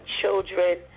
children